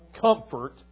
comfort